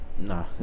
nah